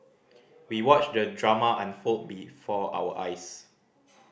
we watched the drama unfold before our eyes